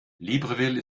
libreville